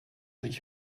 sich